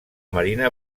marina